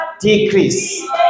decrease